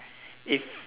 if